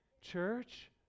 church